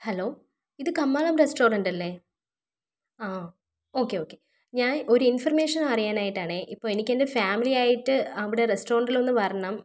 hello ഇത് കമലം റെസ്റ്റോറൻറ്റല്ലേ ആ ഓക്കേ ഓക്കേ ഞാൻ ഒരു ഇൻഫർമേഷൻ അറിയാനായിട്ടാണെ ഇപ്പോൾ എനിക്കെൻ്റെ ഫാമിലി ആയിട്ട് അവിടെ റെസ്റ്റോറൻറ്റിലൊന്ന് വരണം